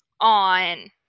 on